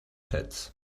pits